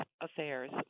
Affairs